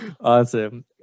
Awesome